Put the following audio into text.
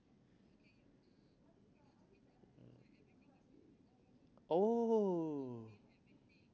oh